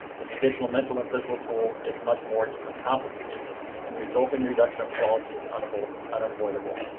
but the additional mental and physical tool is much more complicated and the resulting reduction of quality is unable unavoidable.